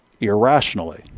irrationally